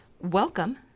welcome